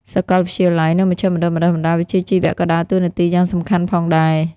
សាកលវិទ្យាល័យ និងមជ្ឈមណ្ឌលបណ្តុះបណ្តាលវិជ្ជាជីវៈក៏ដើរតួនាទីយ៉ាងសំខាន់ផងដែរ។